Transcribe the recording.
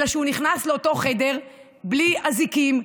אלא שהוא נכנס לאותו חדר בלי אזיקים,